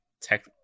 tech